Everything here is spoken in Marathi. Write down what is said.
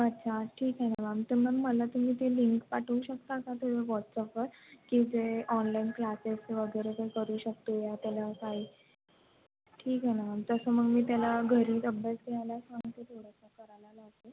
अच्छा ठीक आहे ना मॅम तर मग मला तुम्ही ती लिंक पाठवू शकता का तुम्ही व्हॉट्सअपवर की जे ऑनलाइन क्लासेस वगैरे ते करू शकतो या त्याला काही ठीक आहे ना मॅम तसं मग मी त्याला घरी अभ्यास करायला सांगते थोडासा करायला लावते